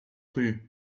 rue